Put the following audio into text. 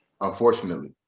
unfortunately